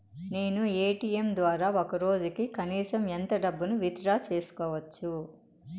నేను ఎ.టి.ఎం ద్వారా ఒక రోజుకి కనీసం ఎంత డబ్బును విత్ డ్రా సేసుకోవచ్చు?